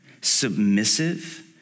submissive